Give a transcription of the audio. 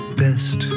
best